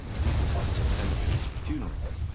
people visited cemeteries for funerals,